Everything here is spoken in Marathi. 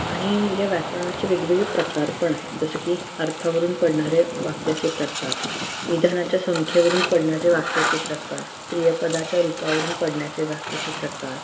आणि या व्याकरणाचे वेगवेगळे प्रकार पण आहेत जसं की अर्थावरून पडणाऱ्या वाक्याचे प्रकार विधानाच्या संख्येवरून पडण्याचे वाक्याचे प्रकार क्रियापदाच्या रूपावरून पडण्याचे वाक्याचे प्रकार